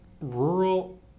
rural